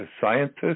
scientists